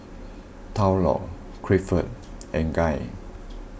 Thurlow Clifford and Guy